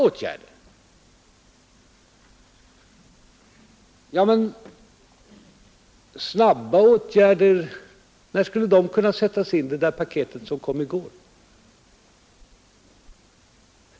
Ja, men när skulle snabba åtgärder kunna sättas in i det där paketet som kom i går?